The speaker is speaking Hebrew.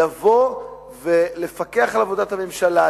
לבוא ולפקח על עבודת הממשלה,